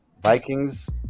Vikings